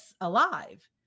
alive